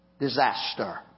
disaster